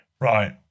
Right